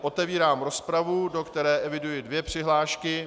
Otevírám tedy rozpravu, do které eviduji dvě přihlášky.